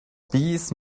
these